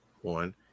one